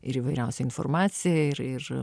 ir įvairiausia informacija ir ir